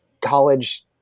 college